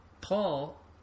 Paul